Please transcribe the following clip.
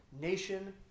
nation